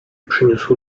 przyniósł